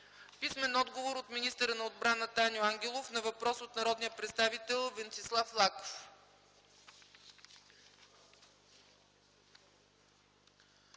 Яне Янев; - министъра на отбраната Аню Ангелов на въпрос от народния представител Венцислав Лаков.